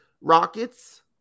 Rockets